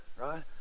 right